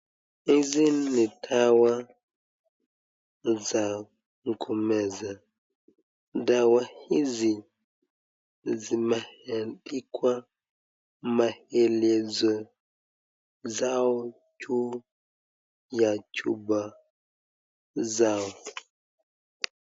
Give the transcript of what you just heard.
Hizi ni dawa za kumeza ,dawa hizi zimeandikwa maelezo zao juu ya chupa zao.